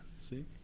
See